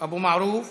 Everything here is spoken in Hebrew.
אבו מערוף,